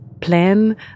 plan